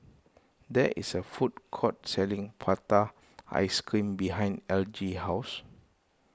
there is a food court selling Prata Ice Cream Behind Elgie house